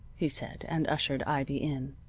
he said, and ushered ivy in.